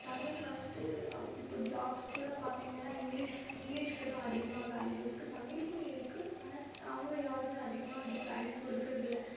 தமிழ் வந்து இப்போ ஜாப்ஸ் கூட பார்த்திங்கன்னா இங்கிலிஷ் இங்கிலீஷுக்கு தான் அதிகமாக வேல்யூ இருக்குது தமிழுக்கும் இருக்குது ஆனால் அவங்க யாருமே அதிகமாக அதுக்கு வேல்யூ கொடுக்குறதில்ல